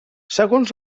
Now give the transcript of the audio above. segons